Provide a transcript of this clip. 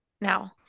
now